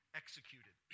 executed